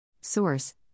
Source